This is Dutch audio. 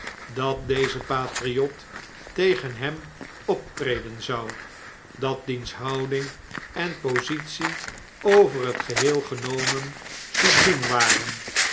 dat deze patriot tegen hem optreden zou dat diens houding en positie over het geheel genoimen subliem waren